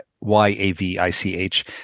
Y-A-V-I-C-H